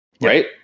Right